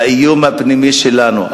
האיום הפנימי שלנו,